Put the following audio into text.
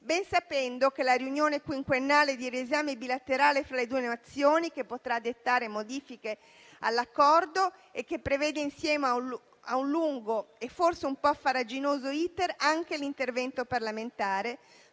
ben sapendo che la riunione quinquennale di riesame bilaterale fra le due Nazioni, che potrà dettare modifiche all'Accordo e che prevede, insieme a un lungo e forse un po' farraginoso *iter*, anche l'intervento parlamentare,